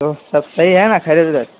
تو سب صحیح ہے نا خریت ویریت